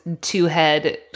two-head